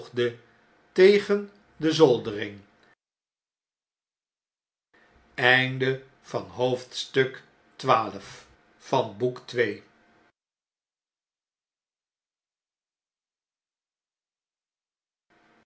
naar de zoldering